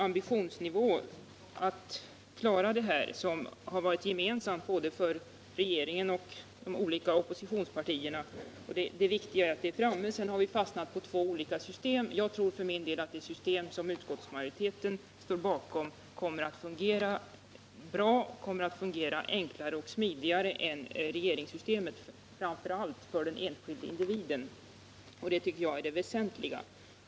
Ambitionen att klara detta har varit gemensam för regeringen och de olika oppositionspartierna. Det viktiga är alltså att vi kommit fram till beslut. Sedan har vi fastnat för två olika system. Jag tror för min del att det system som utskottsmajoriteten står bakom kommer att fungera bra. Det kommer också att vara enklare och smidigare än regeringssystemet, framför allt för den enskilde individen. Detta tycker jag är det väsentliga.